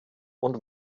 und